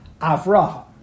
Avraham